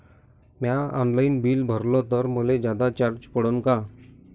म्या online bill भरलं तर मले जादा चार्ज पडन का?